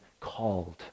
called